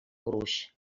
gruix